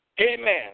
amen